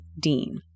Dean